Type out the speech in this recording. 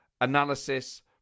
analysis